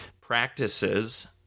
practices